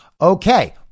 Okay